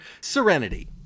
serenity